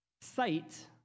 sight